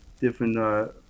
different